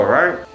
right